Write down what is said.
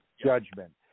judgment